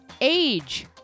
age